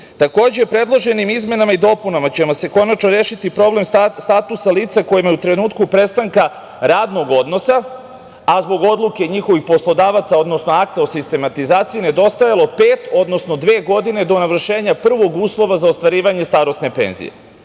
godina. Takođe, predloženim izmenama i dopunama ćemo konačno rešiti problem statusa lica kojima je u trenutku prestanka radnog odnosa, a zbog odluke njihovih poslodavaca, odnosno akta o sistematizaciji, nedostajalo pet, odnosno dve godine do navršenja prvog uslova za ostvarivanje starosne penzije. Meni